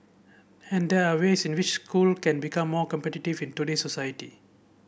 and there ways in which school can become more competitive in today's society